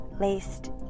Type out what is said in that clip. laced